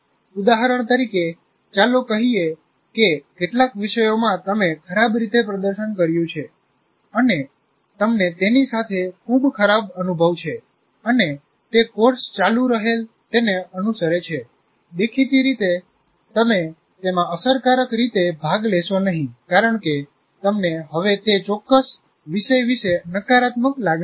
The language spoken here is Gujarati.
ઉદાહરણ તરીકે ચાલો કહીએ કે કેટલાક વિષયોમાં તમે ખરાબ રીતે પ્રદર્શન કર્યું છે અને તમને તેની સાથે ખુબ ખરાબ અનુભવ છે અને તે કોર્સ ચાલુ રહેલ તેને અનુશરે છે દેખીતી રીતે તમે તેમાં અસરકારક રીતે ભાગ લેશો નહીં કારણ કે તમને હવે તે ચોક્કસ વિષય વિશે નકારાત્મક લાગણી છે